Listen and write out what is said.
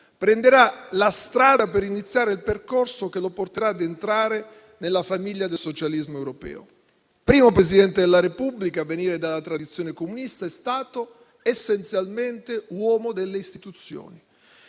prese la strada per iniziare il percorso che lo portò ad entrare nella famiglia del socialismo europeo. Primo Presidente della Repubblica a venire dalla tradizione comunista, è stato essenzialmente uomo delle istituzioni.